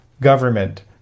government